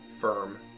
firm